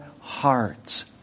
hearts